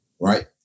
right